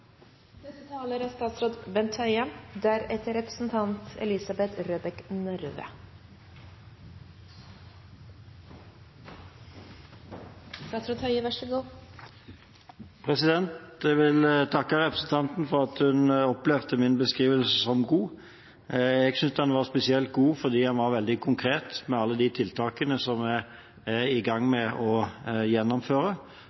Jeg vil takke representanten Grung for at hun opplevde min beskrivelse som god. Jeg synes den var spesielt god fordi den var veldig konkret, med alle de tiltakene som jeg er i gang med å gjennomføre